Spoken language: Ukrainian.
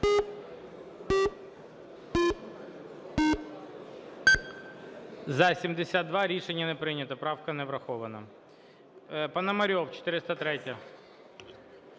За-72 Рішення не прийнято. Правка не врахована.